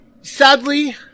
Sadly